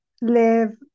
live